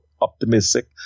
optimistic